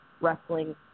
wrestling